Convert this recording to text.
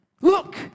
Look